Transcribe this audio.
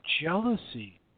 jealousy